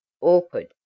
Awkward